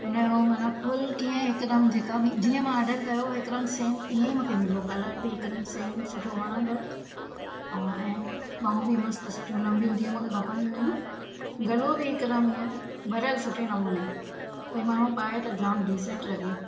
हुन जो माना फुल कीअं हिकदमि जेका बि जीअं मां आर्डरु कयो हो हिकदमि सेम ईअं ई मूंखे मिलियो कलर बि हिकदमि सेम सुठो वणंदड़ु अ ऐं बांहूं बी मस्त सुठियूं लंबियूं जीअं मूंखे खपंदियूं हुयूं गलो बि हिकदमि ईअं भरियलु सुठे नमूने भई कोई माण्हू पाए त जाम डीसेंट लगे